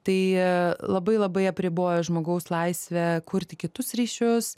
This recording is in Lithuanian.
tai labai labai apriboja žmogaus laisvę kurti kitus ryšius